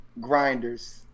grinders